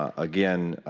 ah again,